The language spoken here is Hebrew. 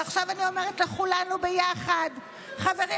ועכשיו אני אומרת לכולנו ביחד: חברים,